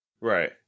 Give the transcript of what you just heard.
Right